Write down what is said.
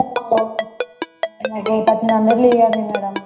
మాకు థర్టీన్ హండ్రెడ్లో ఇవ్వండి మ్యాడమ్